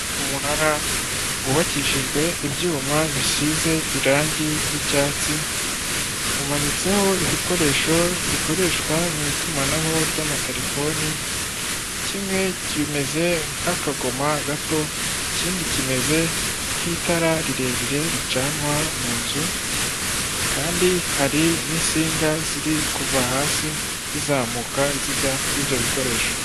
Umunara wubakishijwe ibyuma bisize irangi ry'icyatsi, umanitseho ibikoresho bikoreshwa mu itumanaho ry'amaterefoni, kimwe kimeze nk'akagoma gato, ikindi kimeze nk'itara rirerire ricanwa mu nzu kandi hari n'insinga ziri kuva hasi zizamuka, zijya kuri ibyo bikoresho.